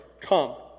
Come